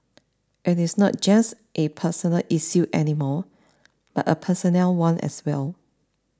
it is not just a personal issue any more but a personnel one as well